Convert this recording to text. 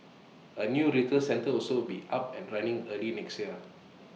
A new retail centre will also be up and running early next year